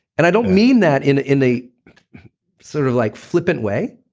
and i don't mean that in in a sort of like flippant way.